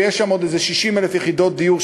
שיש בה עוד איזה 60,000 יחידות דיור,